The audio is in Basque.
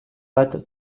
bat